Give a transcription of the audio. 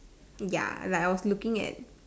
ya like I was looking at